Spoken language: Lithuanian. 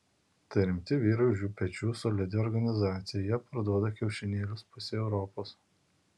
tai rimti vyrai už jų pečių solidi organizacija jie parduoda kiaušinėlius pusei europos